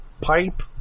pipe